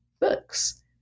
books